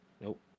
Nope